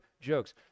jokes